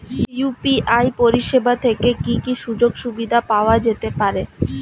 UPI পরিষেবা থেকে কি কি সুযোগ সুবিধা পাওয়া যেতে পারে?